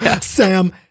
Sam